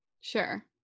Sure